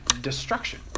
destruction